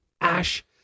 Ash